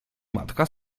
matka